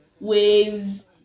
waves